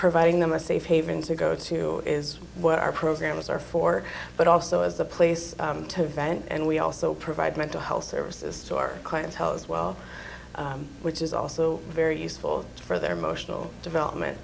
providing them a safe haven to go to is what our programs are for but also as a place to vent and we also provide mental health services to our clientele as well which is also very useful for their emotional development